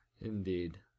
Indeed